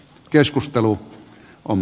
keskustelu on